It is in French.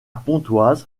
pontoise